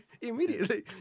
immediately